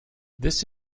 this